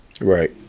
Right